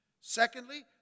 Secondly